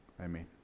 Amen